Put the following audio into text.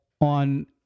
on